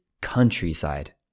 countryside